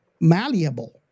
malleable